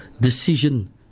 decision